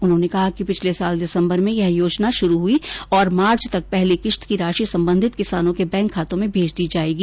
उन्होंने कहा कि पिछले साल दिसम्बर से यह योजना शुरु हयी है और मार्च तक पहली किश्त की राशि संबंधित किसानों के बैंक खातों में भेज दी जायेगी